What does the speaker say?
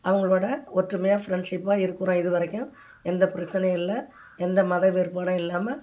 அவங்களோட ஒற்றுமையாக ஃப்ரெண்ட்ஷிப்பாக இருக்கிறோம் இது வரைக்கும் எந்த பிரச்சினையும் இல்லை எந்த மத வேறுபாடும் இல்லாமல்